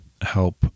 help